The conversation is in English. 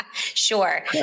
Sure